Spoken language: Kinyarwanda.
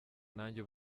nanjye